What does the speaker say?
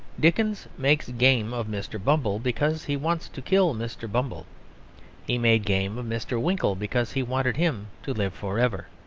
dickens makes game of mr. bumble because he wants to kill mr. bumble he made game of mr. winkle because he wanted him to live for ever.